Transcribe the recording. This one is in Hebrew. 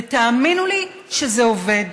ותאמינו לי שזה עובד.